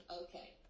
okay